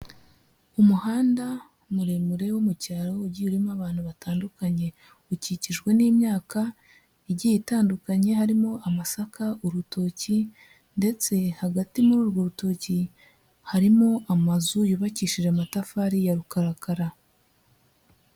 Umuhanda muremure wo mu cyaro ugiye urimo abantu batandukanye ukikijwe n'imyaka igiye itandukanye harimo amasaka, urutoki ndetse hagati muri urwo rutoki harimo amazu yubakishije amatafari ya rukarakara.